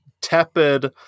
tepid